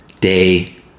Day